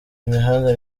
imihanda